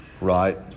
right